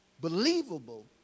believable